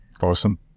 awesome